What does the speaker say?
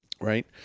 right